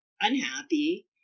unhappy